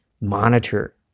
monitor